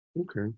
Okay